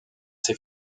ses